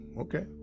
okay